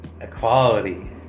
equality